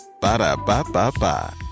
Ba-da-ba-ba-ba